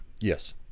Yes